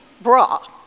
bra